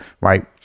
right